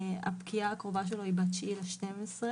הפקיעה הקרובה שלו היא ב-9 בדצמבר.